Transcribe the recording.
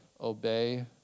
obey